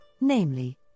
namely